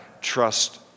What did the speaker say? trust